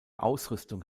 ausrüstung